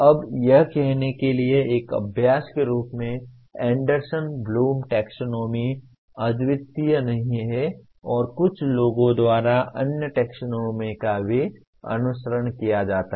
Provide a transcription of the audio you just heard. अब यह कहने के लिए एक अभ्यास के रूप में एंडरसन ब्लूम टैक्सोनॉमी अद्वितीय नहीं है और कुछ लोगों द्वारा अन्य टैक्सोनॉमी का भी अनुसरण किया जाता है